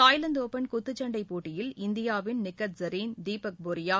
Thailand open குத்துச்சண்டைப் போட்டியில் இந்தியாவின் நிக்கத் ஸரீன் தீபக் போரியா